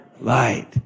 light